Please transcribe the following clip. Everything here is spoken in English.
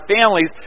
families